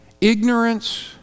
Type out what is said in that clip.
ignorance